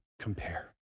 compare